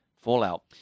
Fallout